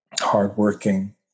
hard-working